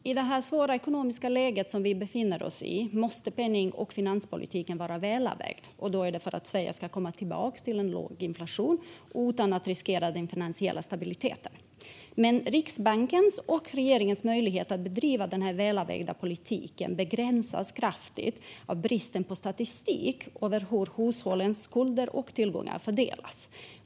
Fru talman! I det svåra ekonomiska läge som vi befinner oss i måste penning och finanspolitiken vara välavvägd för att Sverige ska komma tillbaka till en låg inflation utan att riskera den finansiella stabiliteten. Riksbankens och regeringens möjlighet att bedriva denna välavvägda politik begränsas kraftigt av bristen på statistik över hur hushållens skulder och tillgångar fördelas.